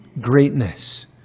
greatness